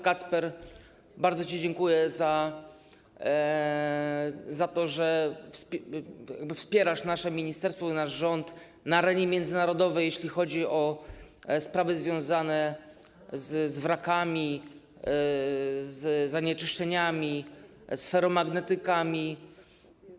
Kacper, bardzo ci dziękuję za to, że wspierasz nasze ministerstwo i nasz rząd na arenie międzynarodowej, jeśli chodzi o sprawy związane z wrakami, z zanieczyszczeniami, z ferromagnetykami.